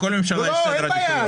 לכל ממשלה יש סדר עדיפויות.